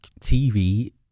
TV